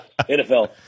nfl